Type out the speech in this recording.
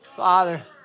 Father